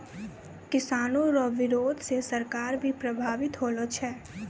किसानो रो बिरोध से सरकार भी प्रभावित होलो छै